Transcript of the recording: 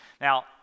Now